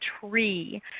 tree